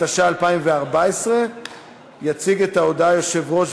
התשע"ה 2014. יציג את ההודעה יושב-ראש